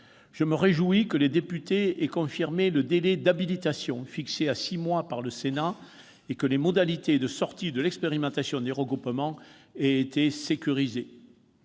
je me réjouis que les députés aient confirmé le délai d'habilitation fixé à six mois par le Sénat et que les modalités de sortie de l'expérimentation des regroupements aient été sécurisées.